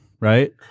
right